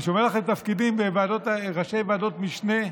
אני שומר לכם תפקידים בראש ועדות משנה: